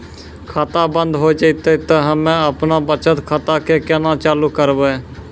खाता बंद हो जैतै तऽ हम्मे आपनौ बचत खाता कऽ केना चालू करवै?